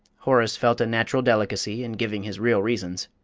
horace felt a natural delicacy in giving his real reasons.